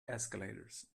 escalators